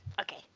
Okay